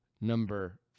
number